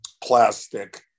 plastic